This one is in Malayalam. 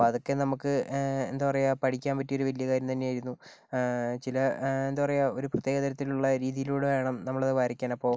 അപ്പം അതൊക്കെ നമുക്ക് എന്താ പറയുക പഠിക്കാൻ പറ്റിയ ഒരു വലിയൊരു കാര്യം തന്നെ ആയിരുന്നു ചില എന്താ പറയുക ഒരു പ്രത്യേക തരത്തിലുള്ള രീതിയിലൂടെ വേണം നമ്മള് വരയ്ക്കാൻ അപ്പോൾ